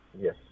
Yes